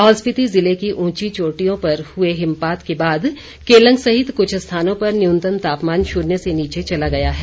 लाहौल स्पिति जिले की उंची चोटियों पर हुए हिमपात के बाद केलंग सहित कुछ स्थानों पर न्यूनतम तापमान शून्य से नीचे चला गया है